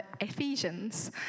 Ephesians